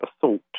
assault